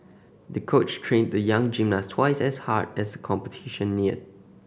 the coach trained the young gymnast twice as hard as the competition neared